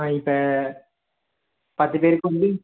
ஆ இப்போ பத்துப் பேருக்கு வந்து